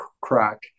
crack